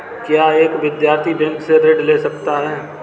क्या एक विद्यार्थी बैंक से ऋण ले सकता है?